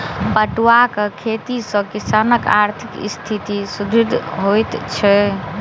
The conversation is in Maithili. पटुआक खेती सॅ किसानकआर्थिक स्थिति सुदृढ़ होइत छै